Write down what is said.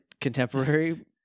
contemporary